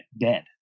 dead